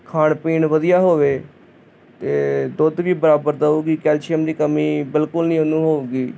ਖਾਣ ਪੀਣ ਵਧੀਆ ਹੋਵੇ ਅਤੇ ਦੁੱਧ ਵੀ ਬਰਾਬਰ ਦੇਵੇਗੀ ਕੈਲਸ਼ੀਅਮ ਦੀ ਕਮੀ ਬਿਲਕੁਲ ਨਹੀਂ ਉਹਨੂੰ ਹੋਵੇਗੀ